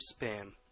Spam